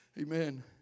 Amen